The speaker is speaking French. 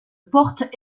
porte